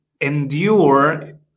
endure